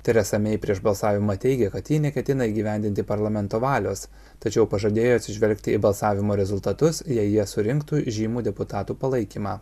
teresa mei prieš balsavimą teigė kad ji neketina įgyvendinti parlamento valios tačiau pažadėjo atsižvelgti į balsavimo rezultatus jei jie surinktų žymų deputatų palaikymą